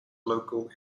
local